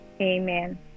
amen